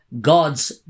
God's